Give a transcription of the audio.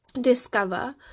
discover